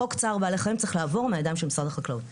חוק צער בעלי חיים צריך לעבור מהידיים של משרד החקלאות.